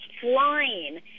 flying